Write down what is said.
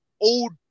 old